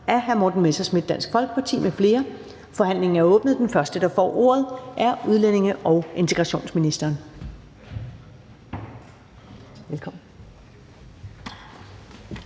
Første næstformand (Karen Ellemann): Forhandlingen er åbnet. Den første, der får ordet, er udlændinge- og integrationsministeren. Velkommen.